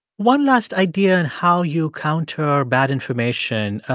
one last idea in how you counter bad information,